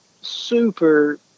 super